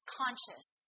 conscious